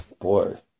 Boy